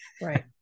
Right